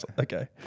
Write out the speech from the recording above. okay